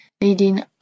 leading